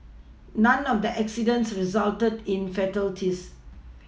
none of the accidents resulted in fatalities